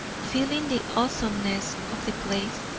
feeling the awesomeness of the place,